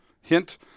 Hint